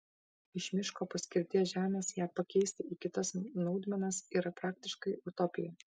iš miško paskirties žemės ją pakeisti į kitas naudmenas yra praktiškai utopija